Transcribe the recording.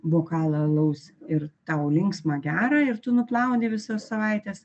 bokalą alaus ir tau linksma gera ir tu nuplauni visos savaitės